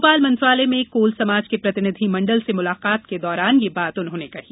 भोपाल मंत्रालय में कोल समाज के प्रतिनिधि मंडल से मुलाकात के दौरान यह बात कही